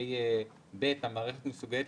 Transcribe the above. לגבי פסקת משנה (ב): "המערכת מסוגלת